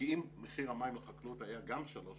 כי אם מחיר המים לחקלאות היה גם 3.30,